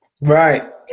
Right